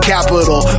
Capital